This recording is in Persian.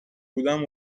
بودم